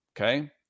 Okay